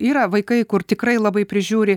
yra vaikai kur tikrai labai prižiūri